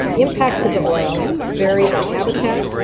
impacts of the oil vary by habitat,